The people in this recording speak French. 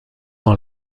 dans